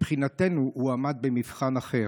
מבחינתנו הוא עמד במבחן אחר.